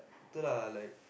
betul lah like